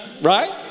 Right